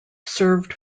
served